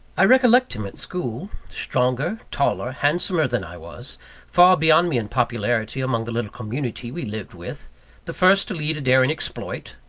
i recollect him at school stronger, taller, handsomer than i was far beyond me in popularity among the little community we lived with the first to lead a daring exploit,